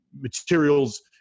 materials